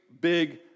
big